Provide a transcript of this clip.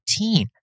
14